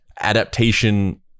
adaptation